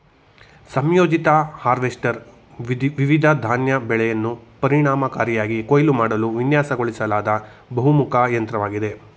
ಸಂಯೋಜಿತ ಹಾರ್ವೆಸ್ಟರ್ ವಿವಿಧ ಧಾನ್ಯ ಬೆಳೆಯನ್ನು ಪರಿಣಾಮಕಾರಿಯಾಗಿ ಕೊಯ್ಲು ಮಾಡಲು ವಿನ್ಯಾಸಗೊಳಿಸಲಾದ ಬಹುಮುಖ ಯಂತ್ರವಾಗಿದೆ